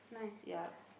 yep